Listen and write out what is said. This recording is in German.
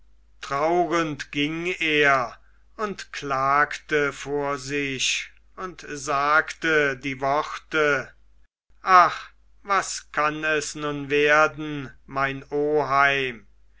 traurend ging er und klagte vor sich und sagte die worte ach was kann es nun werden mein oheim